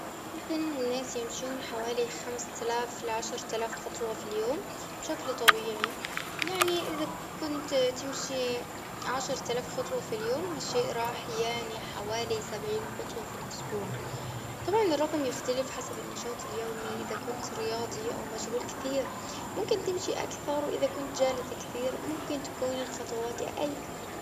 عادة الناس يمشون حوالي، خمس تلاف لعشر تلاف خطوة في اليوم، بشكل طبيعي. يعني إذا كنت تمشي عشر تلاف خطوة في اليوم، هالشيء راح يعني حوالي، سبعين خطوة في الأسبوع. طبعاً الرقم يختلف، حسب النشاط اليومي. إذا كنت رياضي، أو مشغول كثير، ممكن تمشي أكثر، وإذا كنت جالس كثير، ممكن تكون الخطوات أقل.